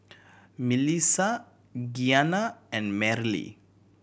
Milissa Giana and Merrilee